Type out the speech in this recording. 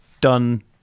done